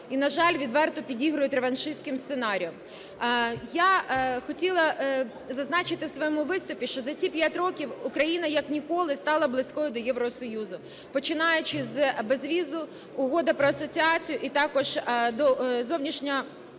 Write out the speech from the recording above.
і, на жаль, відверто підігрують реваншистським сценаріям. Я хотіла зазначити в своєму виступі, що за ці 5 років Україна як ніколи стала близькою до Євросоюзу, починаючи з безвізу, Угода про асоціацію і також до зовнішньо...